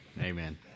Amen